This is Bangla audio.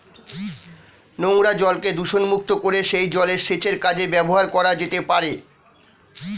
নোংরা জলকে দূষণমুক্ত করে সেই জল সেচের কাজে ব্যবহার করা যেতে পারে